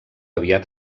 aviat